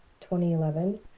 2011